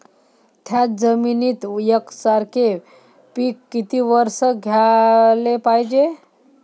थ्याच जमिनीत यकसारखे पिकं किती वरसं घ्याले पायजे?